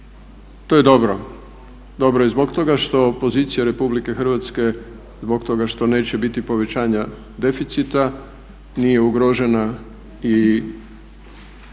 To je dobro, dobro je zbog toga što pozicija RH, zbog toga što neće biti povećanja deficita nije ugrožena i